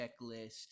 checklist